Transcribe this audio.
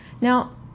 Now